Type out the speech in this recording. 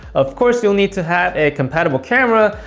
of course you'll need to have a compatible camera,